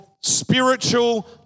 spiritual